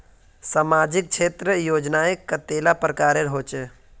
सामाजिक क्षेत्र योजनाएँ कतेला प्रकारेर होचे?